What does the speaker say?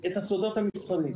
את הסודות המסחריים.